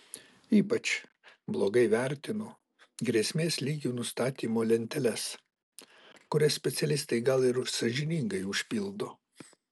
ypač blogai vertinu grėsmės lygių nustatymo lenteles kurias specialistai gal ir sąžiningai užpildo